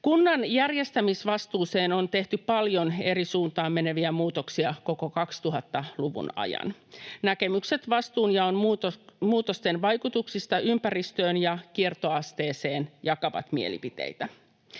Kunnan järjestämisvastuuseen on tehty paljon eri suuntaan meneviä muutoksia koko 2000-luvun ajan. Näkemykset vastuunjaon muutosten vaikutuksista ympäristöön ja kiertoasteeseen jakavat mielipiteitä.